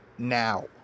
now